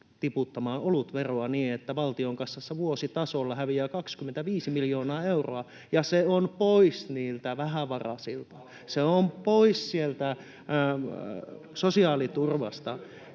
tiputtamaan olutveroa niin, että valtion kassasta vuositasolla häviää 25 miljoonaa euroa ja se on pois niiltä vähävaraisilta? [Mauri Peltokangas: